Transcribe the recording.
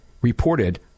reported